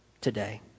today